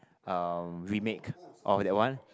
um remake oh that one